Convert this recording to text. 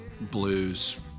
blues